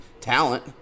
talent